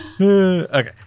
Okay